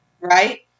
right